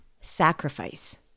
sacrifice